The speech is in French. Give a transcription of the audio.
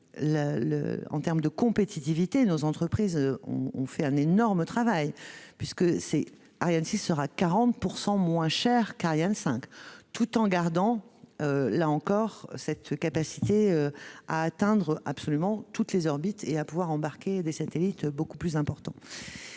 En termes de compétitivité, nos entreprises ont réalisé un énorme travail entre Ariane 5 et Ariane 6, puisque Ariane 6 sera 40 % moins chère qu'Ariane 5, tout en gardant la capacité à atteindre absolument toutes les orbites et à pouvoir embarquer des satellites beaucoup plus importants.